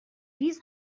ریز